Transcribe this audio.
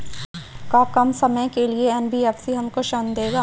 का कम समय के लिए एन.बी.एफ.सी हमको ऋण देगा?